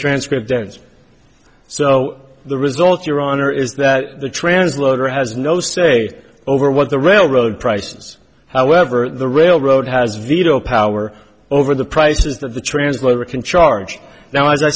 transcript dense so the result your honor is that the translator has no say over what the railroad prices however the railroad has veto power over the prices that the translator can charge now as i